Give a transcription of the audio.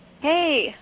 Hey